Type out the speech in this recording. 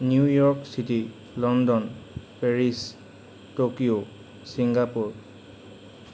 New York city London Paris Tokyo Singapore